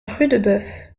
rudebeuf